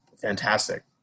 fantastic